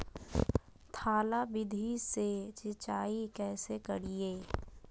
थाला विधि से सिंचाई कैसे करीये?